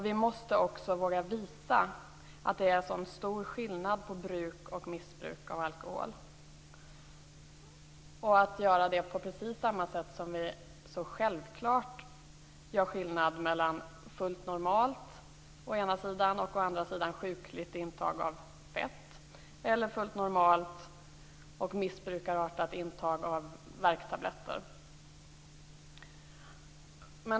Vi måste också våga visa att det är en stor skillnad mellan bruk och missbruk av alkohol, på precis samma sätt som vi så självklart gör skillnad mellan å ena sidan fullt normalt och å andra sidan sjukligt intag av fett eller fullt normalt och missbrukarartat intag av värktabletter.